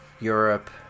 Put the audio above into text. Europe